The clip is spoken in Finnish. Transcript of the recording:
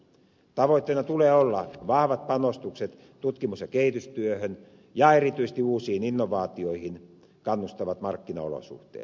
tavoitteena tulee olla vahvat panostukset tutkimus ja kehitystyöhön ja erityisesti uusiin innovaatioihin kannustavat markkinaolosuhteet